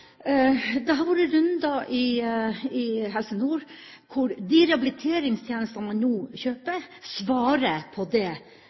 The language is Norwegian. Helse Nord hvor de rehabiliteringstjenestene man nå kjøper, svarer til det